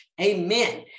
amen